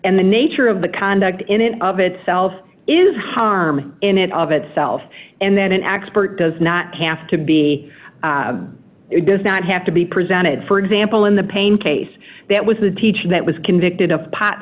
and the nature of the conduct in and of itself is harm in it of itself and that an expert does not have to be it does not have to be presented for example in the pain case that was the teacher that was convicted of